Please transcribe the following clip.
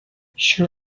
she